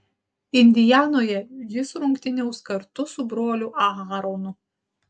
indianoje jis rungtyniaus kartu su broliu aaronu